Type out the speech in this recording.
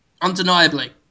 undeniably